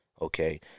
Okay